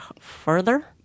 further